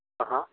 हा हा